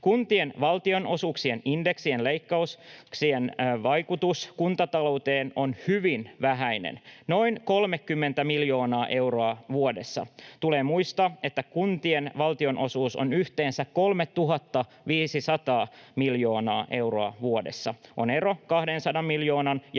Kuntien valtionosuuksien indeksien leikkauksien vaikutus kuntatalouteen on hyvin vähäinen, noin 30 miljoonaa euroa vuodessa. Tulee muistaa, että kuntien valtionosuus on yhteensä 3 500 miljoonaa euroa vuodessa. On suuri ero 200 miljoonan ja